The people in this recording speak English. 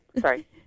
sorry